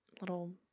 little